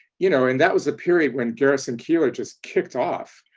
you know, and that was a period when garrison keillor just kicked off.